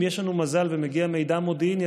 אם יש לנו מזל ומגיע מידע מודיעיני,